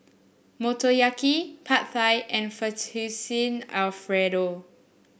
Motoyaki Pad Thai and Fettuccine Alfredo